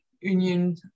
union